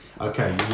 Okay